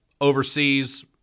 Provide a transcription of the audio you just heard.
overseas